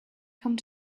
come